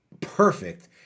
Perfect